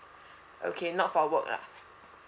okay not for work lah